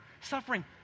suffering